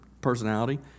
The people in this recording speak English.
personality